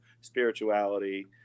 spirituality